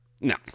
No